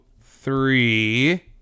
three